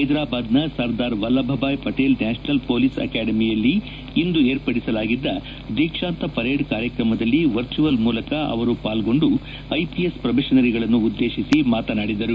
ಹೈದರಾಬಾದ್ನ Sardar Vallabh Bhai Patel national police ಅಕಾಡೆಮಿಯಲ್ಲಿ ಇಂದು ಏರ್ಪಡಿಸಲಾಗಿದ್ದ ದೀಕ್ಷಾಂತ ಪರೇಡ್ ಕಾರ್ಯಕ್ರಮದಲ್ಲಿ ವರ್ಚುವಲ್ ಮೂಲಕ ಅವರು ಪಾಲ್ಗೊಂಡು ಐಪಿಎಸ್ ಪೊರ್ಬೇಷನರಿಗಳನ್ನು ಉದ್ದೇಶಿಸಿ ಮಾತನಾಡಿದರು